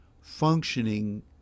functioning